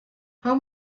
how